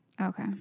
Okay